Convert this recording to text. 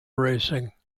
racing